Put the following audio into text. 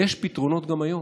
יש פתרונות גם היום.